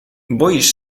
boisz